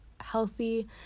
healthy